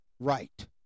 Right